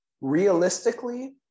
Realistically